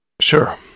Sure